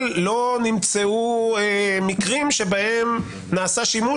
אבל לא נמצאו מקרים שבהם נעשה שימוש